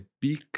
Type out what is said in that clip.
big